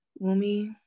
Wumi